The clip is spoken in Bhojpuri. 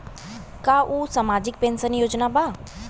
का उ सामाजिक पेंशन योजना बा?